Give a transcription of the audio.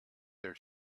their